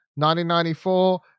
1994